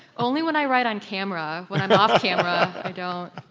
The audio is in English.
only when i write on camera. when i'm off camera, i don't